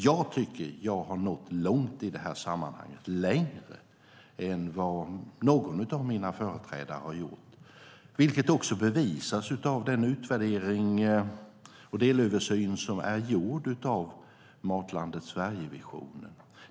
Jag tycker att jag har nått långt i det här sammanhanget - längre än vad någon av mina företrädare har gjort. Det bevisas också av den utvärdering och delöversyn av visionen Matlandet Sverige som är gjord.